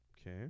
Okay